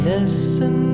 Listen